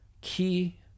key